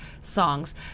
songs